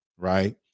right